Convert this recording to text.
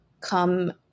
come